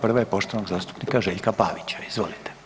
Prva je poštovanog zastupnika Željka Pavića, izvolite.